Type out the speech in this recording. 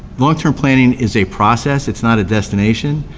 longterm planning is a process, it's not a destination.